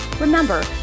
Remember